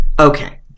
Okay